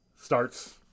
starts